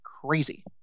crazy